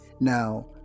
Now